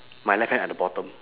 my left hand at the bottom